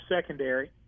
secondary